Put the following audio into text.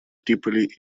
триполи